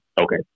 Okay